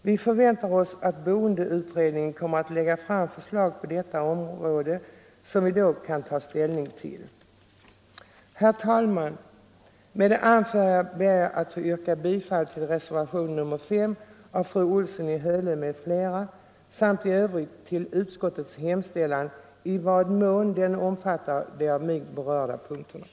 Vi förväntar oss att boendeutredningen på detta område kommer att lägga fram förslag, som vi då kan ta ställning till. Herr talman! Med det anförda ber jag att få yrka bifall till reservationen 5 av fru Olsson i Hölö m.fl. samt i övrigt till utskottets hemställan i den mån den omfattar de av mig berörda punkterna.